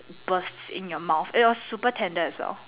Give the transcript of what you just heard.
burst in your mouth it was super tender as well